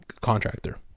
contractor